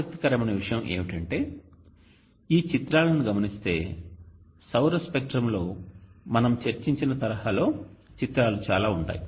ఆసక్తికరమైన విషయం ఏమిటంటే ఈ చిత్రాలను గమనిస్తే సౌర స్పెక్ట్రంలో మనం చర్చించిన తరహాలో చిత్రాలు చాలా ఉంటాయి